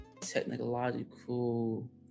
Technological